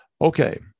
okay